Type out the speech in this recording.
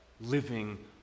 living